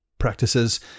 practices